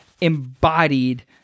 embodied